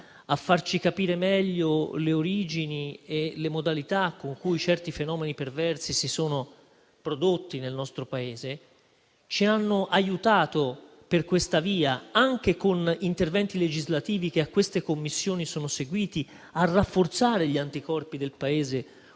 a farci capire meglio le origini e le modalità con cui certi fenomeni perversi si sono prodotti nel nostro Paese. Ci hanno aiutato per questa via, anche con gli interventi legislativi che a quelle Commissioni sono seguiti, contribuendo così a rafforzare gli anticorpi del Paese